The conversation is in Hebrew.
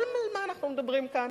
אבל על מה אנחנו מדברים כאן?